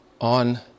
on